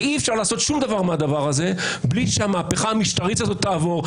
ואי-אפשר לעשות שום דבר מהדבר הזה בלי שהמהפכה המשטרית הזאת תעבור.